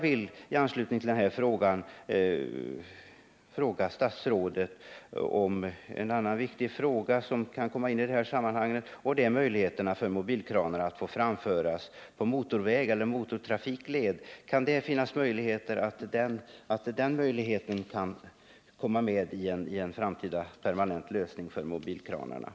I anslutning till detta vill jag slutligen ta upp en annan viktig fråga i detta sammanhang. Jag skulle vilja fråga statsrådet om en framtida permanent lösning av problemen när det gäller mobilkranarna också kan omfatta möjligheterna för mobilkranar att få framföras på motorväg eller motortrafikled.